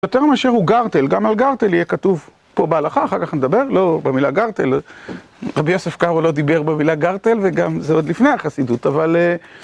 בטרם השיר הוא גרטל, גם על גרטל יהיה כתוב פה בהלכה, אחר כך נדבר, לא במילה גרטל. רבי יוסף קארו לא דיבר במילה גרטל, וגם זה עוד לפני החסידות, אבל...